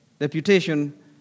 reputation